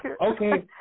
Okay